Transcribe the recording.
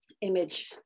image